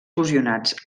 fusionats